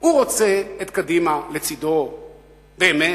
הוא רוצה את קדימה לצדו באמת?